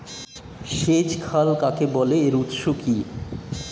সেচ খাল কাকে বলে এর উৎস কি?